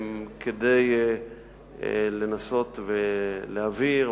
כדי לנסות ולהבהיר,